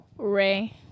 Ray